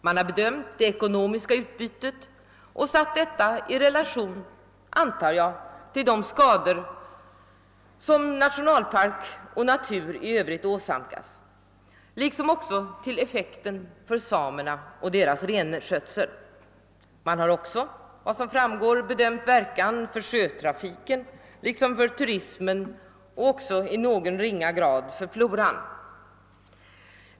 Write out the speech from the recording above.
Man har bedömt det ekonomiska utbytet och satt detta i relation, antar jag, till de skador som nationalpark och natur i övrigt åsamkas, liksom man bedömt effekten för samerna och deras renskötsel. Man har också, såvitt framgår, bedömt verkan för sjötrafiken och turismen samt i någon ringa mån för floran.